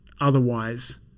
otherwise